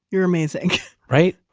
you're amazing right?